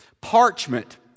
Parchment